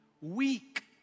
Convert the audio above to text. weak